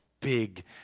big